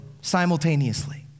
simultaneously